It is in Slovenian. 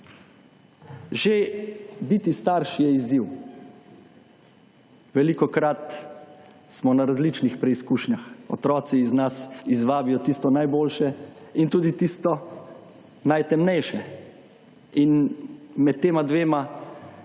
Že biti starš je izziv. Velikokrat smo na različnih preskušnjah. Otroci iz nas izvabijo tisto najboljše, in tudi tisto najtemnejše. In med tema dvema